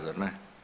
Zar ne?